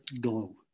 glow